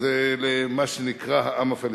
למה שנקרא "העם הפלסטיני".